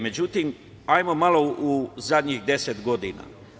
Međutim, idemo malo u zadnjih 10 godina.